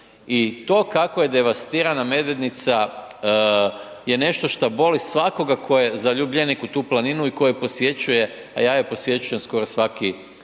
I to kako je devastirana Medvednica je nešto šta boli svakoga tko je zaljubljenik u tu planinu i koji posjećuje a ja je posjećujem skoro svaki